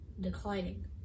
declining